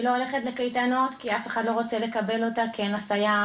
היא לא הולכת לקייטנות כי אף אחד לא רוצה לקבל אותה כי אין לה סייעת.